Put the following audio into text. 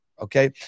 Okay